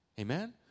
Amen